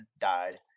died